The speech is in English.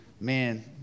man